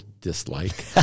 dislike